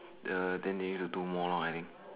the then they need to do more I think